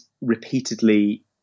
repeatedly